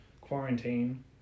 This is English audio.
quarantine